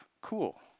cool